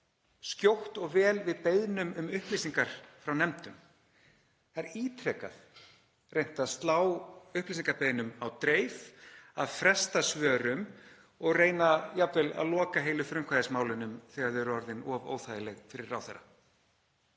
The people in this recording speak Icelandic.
skjótt og vel við beiðnum um upplýsingar frá nefndum. Það er ítrekað reynt að drepa upplýsingarbeiðnum á dreif, að fresta svörum og reyna jafnvel að loka heilu frumkvæðismálunum þegar þau eru orðin of óþægileg fyrir ráðherra.